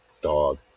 dog